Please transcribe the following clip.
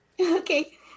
Okay